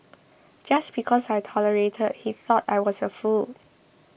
just because I tolerated he thought I was a fool